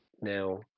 Now